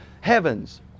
heavens